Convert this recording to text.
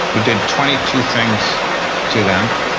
we did twenty two things to them.